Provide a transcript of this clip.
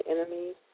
enemies